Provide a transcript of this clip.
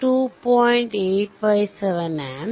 285 2